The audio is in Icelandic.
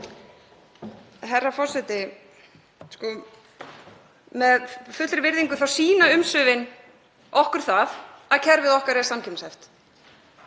Herra forseti. Með fullri virðingu sýna umsvifin okkur að kerfið okkar er samkeppnishæft.